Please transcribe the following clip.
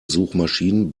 suchmaschinen